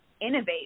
innovate